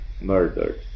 murdered